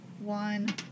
One